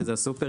שזה הסופרים,